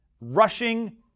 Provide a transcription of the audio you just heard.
rushing